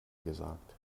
gesagt